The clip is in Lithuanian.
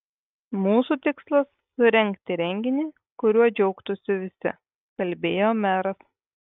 mūsų tikslas surengti renginį kuriuo džiaugtųsi visi kalbėjo meras